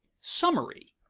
summary.